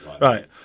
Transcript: Right